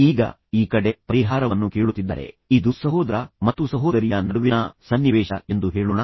ಈಗ ಈ ಕಡೆ ಯಾರಾದರೂ ಪರಿಹಾರವನ್ನು ಕೇಳುತ್ತಿದ್ದಾರೆ ಇದು ಸಹೋದರ ಮತ್ತು ಸಹೋದರಿಯ ನಡುವಿನ ಸನ್ನಿವೇಶ ಎಂದು ಹೇಳೋಣ